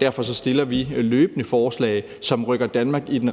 Derfor stiller vi løbende forslag, som rykker Danmark i den